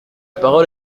parole